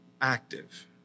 active